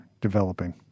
developing